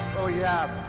oh yeah.